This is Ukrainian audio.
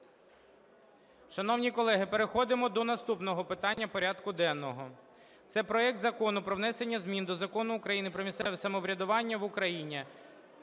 Шановні колеги, переходимо до наступного питання порядку денного. Це проект Закону про внесення змін до Закону України "Про місцеве самоврядування в Україні".